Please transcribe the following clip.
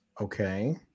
Okay